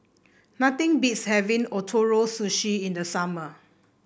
nothing beats having Ootoro Sushi in the summer